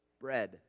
bread